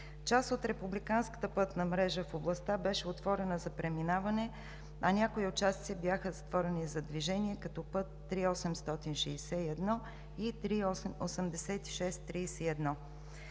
Част от републиканската пътна мрежа в областта беше отворена за преминаване, а някои участъци бяха затворени за движение като път ІІІ-861